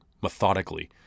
methodically